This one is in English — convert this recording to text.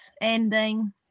Ending